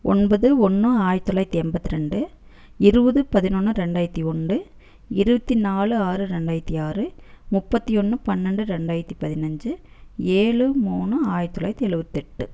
ஒன்பது ஒன்று ஆயிரத்தி தொள்ளாயிரத்தி எண்பத்தி ரெண்டு இருபது பதினொன்று ரெண்டாயிரத்தி ஒன்று இருபத்தி நாலு ஆறு ரெண்டாயிரத்தி ஆறு முப்பத்தி ஒன்று பன்னெண்டு ரெண்டாயிரத்தி பதினஞ்சு ஏழு மூணு ஆயிரத்தி தொள்ளாயிரத்தி எழுபத்தெட்டு